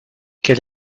quel